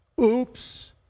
Oops